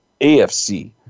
AFC